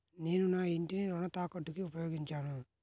నేను నా ఇంటిని రుణ తాకట్టుకి ఉపయోగించాను